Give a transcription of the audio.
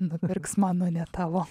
nupirks mano ne tavo